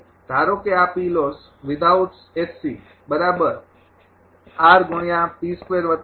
ધારો કે આ છે